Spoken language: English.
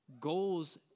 Goals